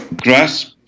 grasp